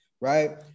Right